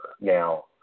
Now